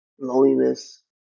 loneliness